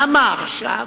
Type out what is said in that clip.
למה עכשיו?